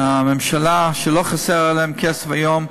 שהממשלה, שלא חסר לה כסף היום,